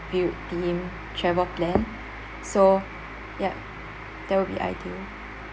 view theme travel plan so yup that will be ideal